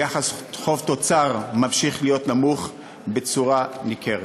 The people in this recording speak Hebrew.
יחס חוב תוצר ממשיך להיות נמוך בצורה ניכרת,